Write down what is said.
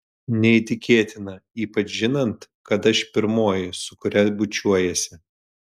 neįtikėtina ypač žinant kad aš pirmoji su kuria bučiuojiesi